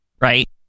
right